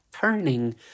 turning